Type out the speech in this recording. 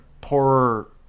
Poorer